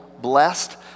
blessed